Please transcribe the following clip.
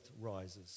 rises